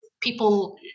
people